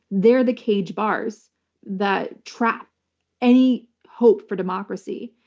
they're the cage bars that trap any hope for democracy.